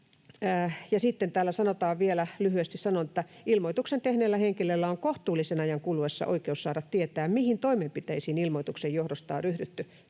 ”Ilmoituksen tehneellä henkilöllä on kohtuullisen ajan kuluessa oikeus saada tietää, mihin toimenpiteisiin ilmoituksen johdosta on ryhdytty.”